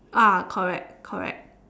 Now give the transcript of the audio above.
ah correct correct